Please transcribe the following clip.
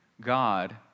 God